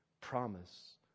promise